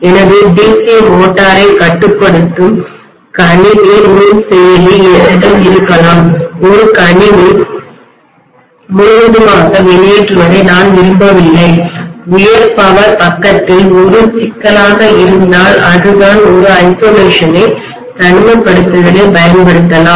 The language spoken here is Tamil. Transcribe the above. எனது DC மோட்டாரை கட்டுப்படுத்தும் கணினி நுண்செயலி என்னிடம் இருக்கலாம் ஒரு கணினி முழுவதுமாக வெளியேற்றுவதை நான் விரும்பவில்லைஉயர் பவர் பக்கத்தில் ஒரு சிக்கலாக இருந்தால் அது தான் ஒரு ஐசொலேஷனை தனிமைப்படுத்தலைப் பயன்படுத்தலாம்